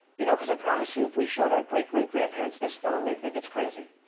you know cuz i promised you if we showed our great great grandparents this phone they'd think its crazy.